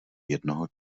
jednoho